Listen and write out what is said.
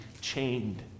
chained